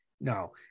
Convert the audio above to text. No